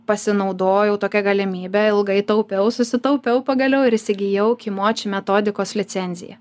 pasinaudojau tokia galimybe ilgai taupiau susitaupiau pagaliau ir įsigijau kimoči metodikos licenziją